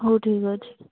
ହଉ ଠିକ୍ ଅଛି